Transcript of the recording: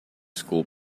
school